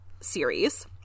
series